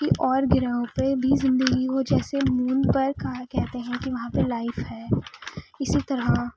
کہ اور گرہوں پہ بھی زندگی ہو جیسے مون پر کہا کہتے ہیں کہ وہاں پر لائف ہے اسی طرح